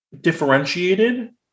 differentiated